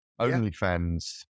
OnlyFans